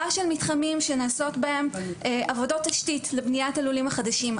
של מתחמים שנעשות בהן עבודות תשתית לבניית הלולים החדשים.